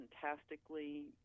fantastically